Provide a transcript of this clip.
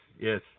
yes